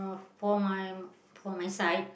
for my for my side